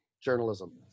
journalism